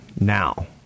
now